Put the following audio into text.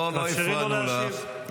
לא הפרענו לך,